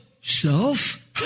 self